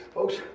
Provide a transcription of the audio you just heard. Folks